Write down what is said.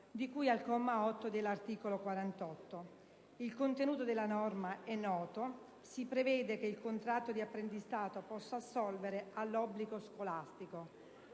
di cui al comma 8 dell'articolo 48. Il contenuto della norma è noto: si prevede che il contratto di apprendistato possa assolvere all'obbligo scolastico.